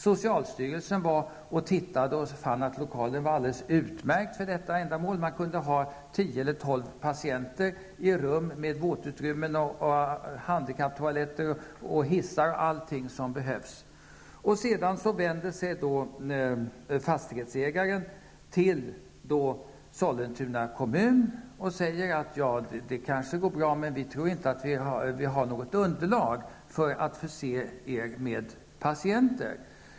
Socialstyrelsen var och tittade och fann att lokalerna var alldeles utmärkta för detta ändamål. Man kunde ha 10--12 patienter i rum med våtutrymmen, här fanns handikapptoaletter, hissar och allt som behövdes. Sedan vänder sig fastighetsägaren till Sollentuna kommun som säger: Ja, det kanske går bra, men vi tror inte att vi har något underlag för att förse er med patienter.